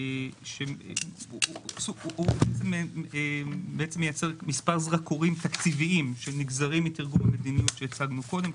השקף מייצר מספר זרקורים תקציביים שנגזרים מתרגום המדיניות שהצגנו קודם.